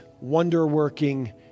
wonder-working